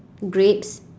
grapes